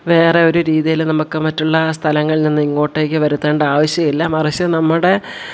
വേറൊയൊരു രീതിയിൽ നമുക്ക് മറ്റുള്ള സ്ഥലങ്ങളിൽ നിന്നിങ്ങോട്ടേയ്ക്ക് വരുത്തേണ്ട ആവശ്യവില്ല മറിച്ച് നമ്മുടെ